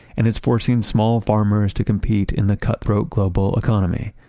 and it's forcing small farmers to compete in the cutthroat global economy.